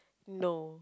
no